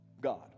God